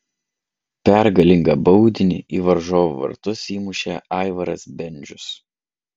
pergalingą baudinį į varžovų vartus įmušė aivaras bendžius